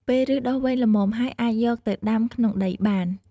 ពេលឫសដុះវែងល្មមហើយ អាចយកទៅដាំក្នុងដីបាន។